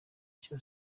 cya